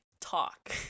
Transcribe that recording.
talk